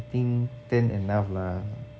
I think ten enough lah